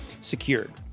secured